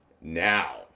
now